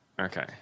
Okay